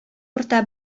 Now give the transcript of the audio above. урта